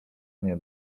nie